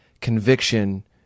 conviction